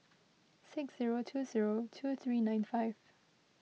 six zero two zero two three nine five